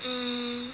mm